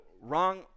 wrong